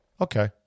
Okay